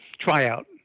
tryout